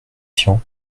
tian